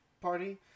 party